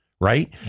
Right